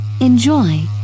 enjoy